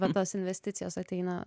bet tos investicijos ateina